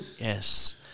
yes